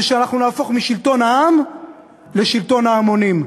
היא שאנחנו נהפוך משלטון העם לשלטון ההמונים.